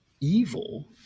evil